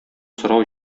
сорау